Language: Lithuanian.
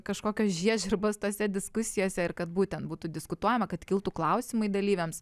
kažkokios žiežirbos tose diskusijose ir kad būtent būtų diskutuojama kad kiltų klausimai dalyviams